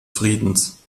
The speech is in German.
friedens